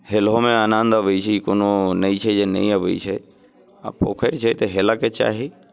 हेलहोमे आनन्द अबैत छै कोनो नहि छै जे नहि अबैत छै आ पोखरि छै तऽ हेलयके चाही